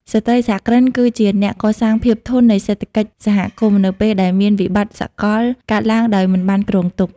ស្ត្រីសហគ្រិនគឺជាអ្នកកសាងភាពធន់នៃសេដ្ឋកិច្ចសហគមន៍ នៅពេលដែលមានវិបត្តិសកលកើតឡើងដោយមិនបានគ្រោងទុក។